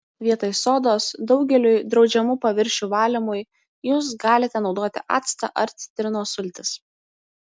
vietoj sodos daugeliui draudžiamų paviršių valymui jus galite naudoti actą ar citrinos sultis